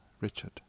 Richard